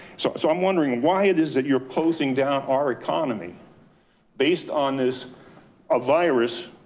so so i'm wondering why it is that you're closing down our economy based on this ah virus,